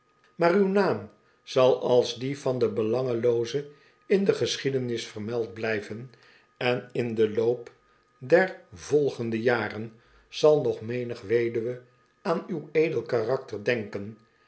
maar uw naam zal als die van den belangelooze in de geschiedenis vermeld blijven en in den loop der volgende jaren zal nog menig weduwe aan uw edel karakter denken